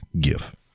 gift